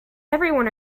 everyone